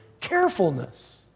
carefulness